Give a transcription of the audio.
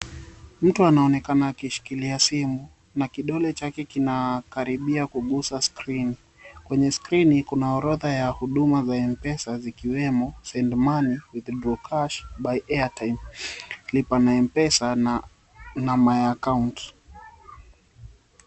Mtu anaonekana akishikilia simu na kidole chake kinakaribia kuguza skrini. Kwenye skrini kuna orodha ya huduma za Mpesa zikiwemo Send Money, Withdraw Cash, Buy Airtime, Lipa na Mpesa na My Account.